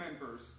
members